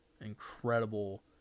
incredible